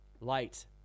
Light